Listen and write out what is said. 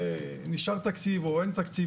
נשאר תקציב או אין תקציב,